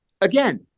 Again